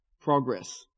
progress